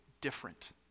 different